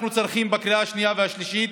אנחנו צריכים בקריאה השנייה והשלישית